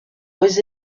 aux